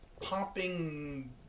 popping